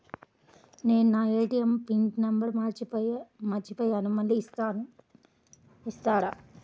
నేను నా ATM PIN number మర్చిపోయాను మళ్ళీ ఇస్తారా?